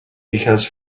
because